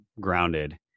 grounded